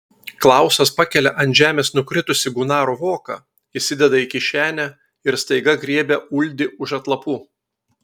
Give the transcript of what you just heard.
klausas pakelia ant žemės nukritusį gunaro voką įsideda į kišenę ir staiga griebia uldį už atlapų